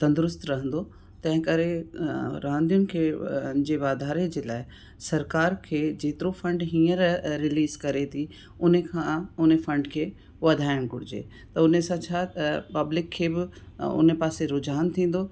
तंदुरुस्त रहंदो तंहिं करे रांदियुनि खे जे वाधारे जे लाइ सरकार खे जेतिरो फंड हीअंर रिलीज़ करे थी उन खां उन फंड खे वधाइणु घुरिजे त उन सां छा पब्लिक खे बि उन पासे रुझान थींदो